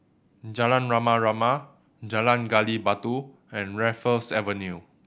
Jalan Rama Rama Jalan Gali Batu and Raffles Avenue